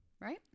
Right